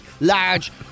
large